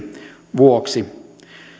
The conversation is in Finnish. vuoksi siltä osin